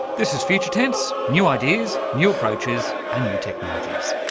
this is future tense new ideas, new approaches and new technologies.